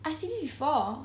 I see this before